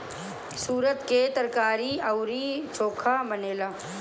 सुरन के तरकारी अउरी चोखा बनेला